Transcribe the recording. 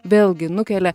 vėlgi nukelia